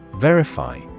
Verify